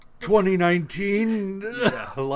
2019